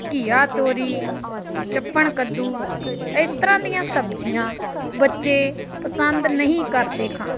ਘਈਆ ਤੋਰੀ ਚੱਪਣ ਕੱਦੂ ਇਸ ਤਰ੍ਹਾਂ ਦੀਆਂ ਸਬਜ਼ੀਆਂ ਬੱਚੇ ਪਸੰਦ ਨਹੀਂ ਕਰਦੇ ਖਾਣਾ